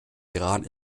iran